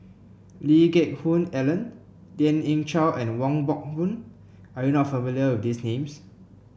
Lee Geck Hoon Ellen Lien Ying Chow and Wong Hock Boon are you not familiar with these names